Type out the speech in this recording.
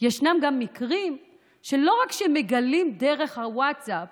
יש גם מקרים שבהם לא רק שמגלים דרך הווטסאפ